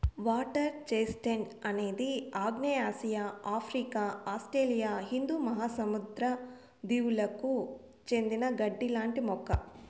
water chestnut అనేది ఆగ్నేయాసియా, Africa, Australia హిందూ మహాసముద్ర దీవులకు చెందిన గడ్డి లాంటి మొక్క